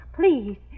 Please